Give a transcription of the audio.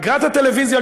אגרת הטלוויזיה,